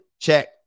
check